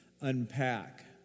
unpack